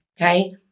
Okay